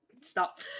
Stop